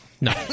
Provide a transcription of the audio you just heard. No